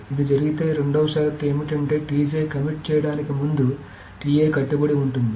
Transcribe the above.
కాబట్టి ఇది జరిగితే రెండవ షరతు ఏమిటంటే కమిట్ చేయడానికి ముందు కట్టుబడి ఉంటుంది